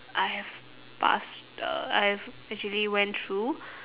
I have passed uh I have actually went through